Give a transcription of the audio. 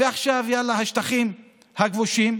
ועכשיו יאללה, השטחים הכבושים.